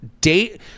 date